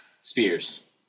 spears